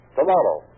tomorrow